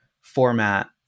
format